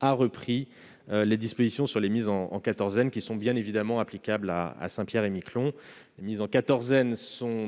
a repris les dispositions précédentes sur les mises en quatorzaine, et elles sont bien évidemment applicables à Saint-Pierre-et-Miquelon. Ces mises en quatorzaine